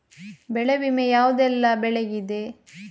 ಬೆಳೆ ವಿಮೆ ಯಾವುದೆಲ್ಲ ಬೆಳೆಗಿದೆ?